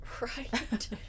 Right